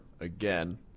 again